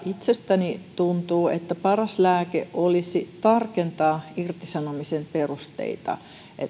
itsestäni tuntuu että näissä kaikissa tapauksissa paras lääke olisi tarkentaa irtisanomisen perusteita